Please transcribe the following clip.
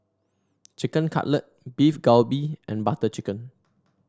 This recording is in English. Chicken Cutlet Beef Galbi and Butter Chicken